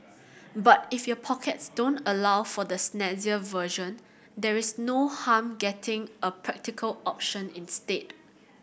but if your pockets don't allow for the snazzier version there is no harm getting a practical option instead